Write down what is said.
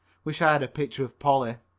wish i had a picture of polly.